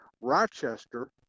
rochester